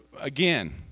Again